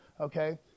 Okay